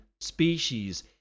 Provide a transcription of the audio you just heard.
species